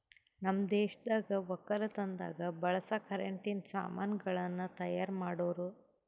ನಮ್ ದೇಶದಾಗ್ ವಕ್ಕಲತನದಾಗ್ ಬಳಸ ಕರೆಂಟಿನ ಸಾಮಾನ್ ಗಳನ್ನ್ ತೈಯಾರ್ ಮಾಡೋರ್